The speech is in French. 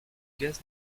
gaz